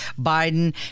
Biden